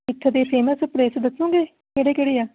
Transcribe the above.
ਇੱਥੇ ਦੇ famous place ਦੱਸੋਂਗੇ ਕਿਹੜੇ ਕਿਹੜੇ ਆ